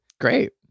Great